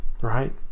right